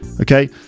Okay